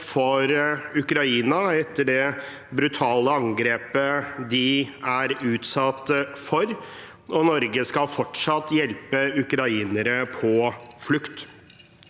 for Ukraina etter det brutale angrepet de er utsatt for. Norge skal fortsatt hjelpe ukrainere på flukt,